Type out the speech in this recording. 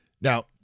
Now